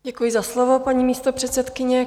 Děkuji za slovo, paní místopředsedkyně.